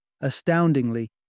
Astoundingly